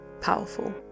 powerful